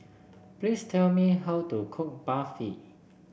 please tell me how to cook Barfi